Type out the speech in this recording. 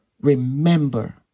Remember